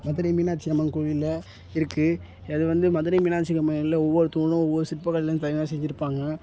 மதுரை மீனாட்சி அம்மன் கோயிலில் இருக்குது அது வந்து மதுரை மீனாட்சி அம்மனில் ஒவ்வொரு தூணும் ஒவ்வொரு சிற்பக்கலையில் தனியாக செஞ்சுருப்பாங்க